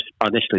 initially